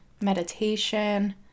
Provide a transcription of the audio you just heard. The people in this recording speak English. meditation